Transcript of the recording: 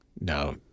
No